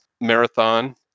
marathon